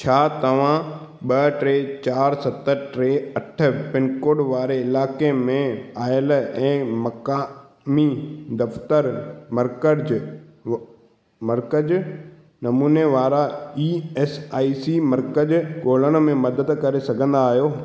छा तव्हां ॿ टे चार सत टे अठ पिनकोड वारे इलाइके में आयल ऐं मक़ामी दफ़्तरु मर्कज़ मर्कज़ नमूने वारा ई एस आई सी मर्कज़ ॻोल्हण में मदद करे सघंदा आहियो